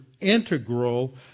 integral